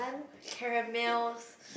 caramels